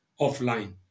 offline